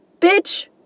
bitch